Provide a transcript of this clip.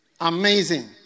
Amazing